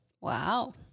Wow